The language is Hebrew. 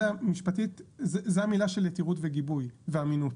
זה המילה של יתירות וגיבוי ואמינות.